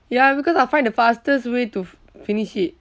ya because I’ll find the fastest way to f~ finish it